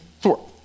four